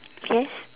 yes